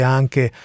anche